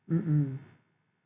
mm mm